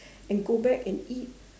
and go back and eat